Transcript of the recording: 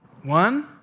One